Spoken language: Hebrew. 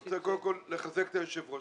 אני רוצה קודם כל לחזק את היושב ראש.